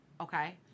Okay